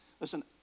Listen